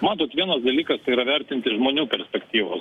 matot vienas dalykas tai yra vertinti iš žmonių perspektyvos